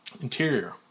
Interior